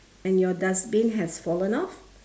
and your dustbin has fallen off